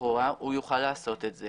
לכאורה הוא יוכל לעשות את זה